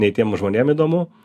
nei tiem žmonėm įdomu